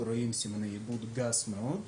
רואים סימני עיבוד גס מאוד.